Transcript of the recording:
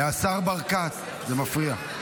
השר ברקת, זה מפריע.